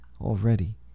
already